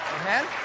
Amen